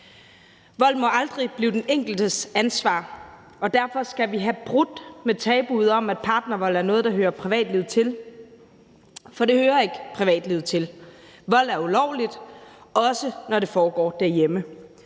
Vold må aldrig blive den enkeltes ansvar, og derfor skal vi have brudt med tabuet om, at partnervold er noget, der hører privatlivet til – for det hører ikke privatlivet til. Vold er ulovligt, også når det foregår derhjemme,